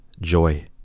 joy